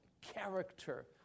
character